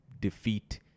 defeat